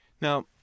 Now